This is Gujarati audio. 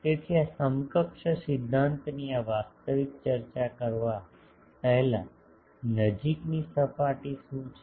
તેથી આ સમકક્ષ સિદ્ધાંતની આ વાસ્તવિક ચર્ચા કરવા પહેલાં નજીકની સપાટી શું છે